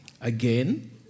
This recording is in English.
Again